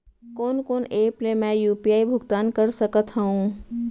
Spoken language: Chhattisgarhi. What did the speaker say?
कोन कोन एप ले मैं यू.पी.आई भुगतान कर सकत हओं?